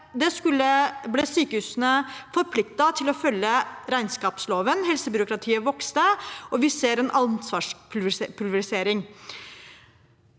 det ble sykehusene forpliktet til å følge regnskapsloven, helsebyråkratiet vokste, og vi har sett en ansvarspulverisering.